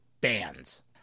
bands